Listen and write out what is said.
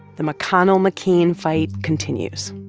the mcconnell-mccain fight continues